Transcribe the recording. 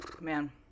man